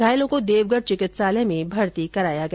घायलों को देवगढ चिकित्सालय में भर्ती कराया गया